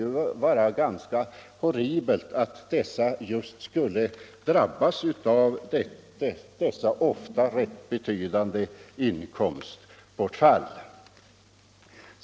Det vore ju horribelt att just dessa skulle åsamkas ofta återkommande, rätt betydande inkomstbortfall.